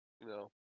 No